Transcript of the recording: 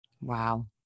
Wow